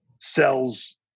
sells